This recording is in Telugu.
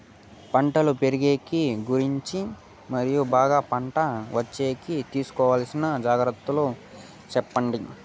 పంటలు పెరిగేకి గురించి మరియు బాగా పంట వచ్చేకి తీసుకోవాల్సిన జాగ్రత్త లు సెప్పండి?